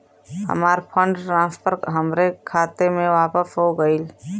हमार fund transfer हमरे खाता मे वापस हो गईल